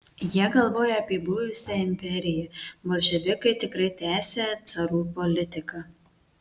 jie galvoja apie buvusią imperiją bolševikai tikrai tęsią carų politiką